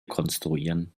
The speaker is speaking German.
konstruieren